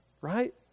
right